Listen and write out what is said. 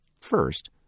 First